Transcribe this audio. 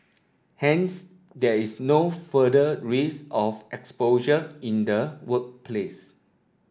hence there is no further risk of exposure in the workplace